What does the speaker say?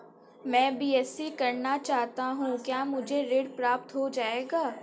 मैं बीएससी करना चाहता हूँ क्या मुझे ऋण प्राप्त हो जाएगा?